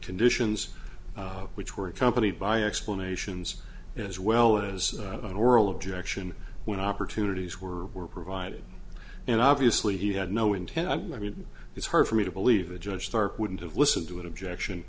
conditions which were accompanied by explanations as well as an oral objection when opportunities were provided and obviously he had no intent i mean it's hard for me to believe a judge stark wouldn't have listened to an objection